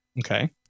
Okay